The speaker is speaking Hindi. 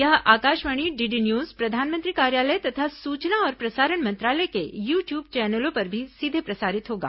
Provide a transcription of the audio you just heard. यह आकाशवाणी डीडी न्यूज प्रधानमंत्री कार्यालय तथा सूचना और प्रसारण मंत्रालय के यू ट्यूब चैनलों पर भी सीधे प्रसारित होगा